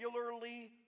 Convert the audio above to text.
regularly